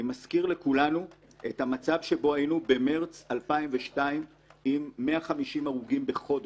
אני מזכיר לכולנו את המצב שבו היינו במרץ 2002 עם 150 הרוגים בחודש.